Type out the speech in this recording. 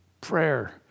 prayer